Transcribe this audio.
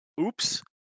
oops